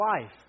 life